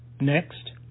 Next